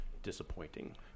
disappointing